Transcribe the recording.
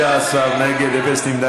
ההצעה להעביר את הצעת חוק שירות ביטחון (תיקון מס' 7 והוראת שעה)